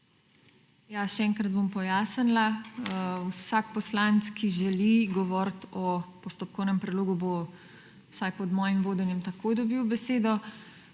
še enkrat bom pojasnila. Vsak poslanec, ki želi govoriti o postopkovnem predlogu, bo vsaj pod mojim vodenjem takoj dobil besedo